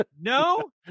No